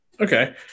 Okay